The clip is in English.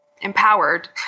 Empowered